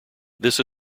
this